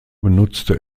benutzte